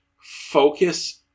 focus